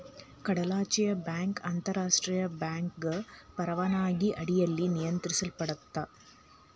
ಕಡಲಾಚೆಯ ಬ್ಯಾಂಕ್ ಅಂತಾರಾಷ್ಟ್ರಿಯ ಬ್ಯಾಂಕಿಂಗ್ ಪರವಾನಗಿ ಅಡಿಯಲ್ಲಿ ನಿಯಂತ್ರಿಸಲ್ಪಡತ್ತಾ